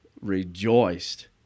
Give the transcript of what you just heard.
rejoiced